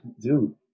dude